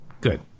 Good